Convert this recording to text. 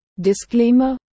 Disclaimer